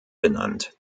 benannt